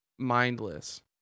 mindless